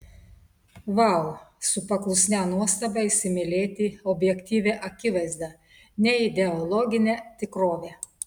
vau su paklusnia nuostaba įsimylėti objektyvią akivaizdą neideologinę tikrovę